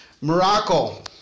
Morocco